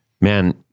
man